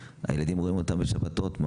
והילדים רואים אותם רק בשבתות,